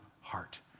heart